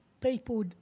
People